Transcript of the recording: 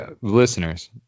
Listeners